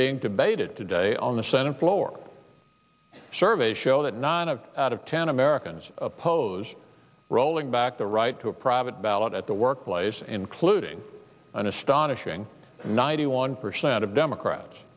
being debated today on the senate floor surveys show that nine out of ten americans oppose rolling back the right to a private ballot at the workplace including an astonishing ninety one percent of democrats